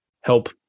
help